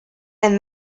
and